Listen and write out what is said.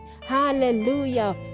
Hallelujah